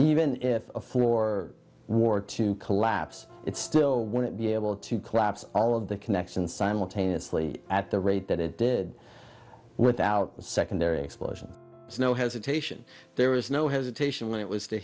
even if the floor wore to collapse it still wouldn't be able to collapse all of the connections simultaneously at the rate that it did without secondary explosions no hesitation there is no hesitation when it was to